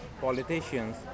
politicians